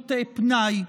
לפעילות פנאי.